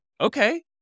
Okay